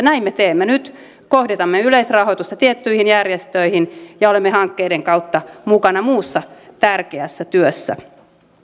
näin me teemme nyt kohdistamme yleisrahoitusta tiettyihin järjestöihin ja olemme hankkeiden kautta mukana muussa tärkeässä työssä